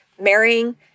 marrying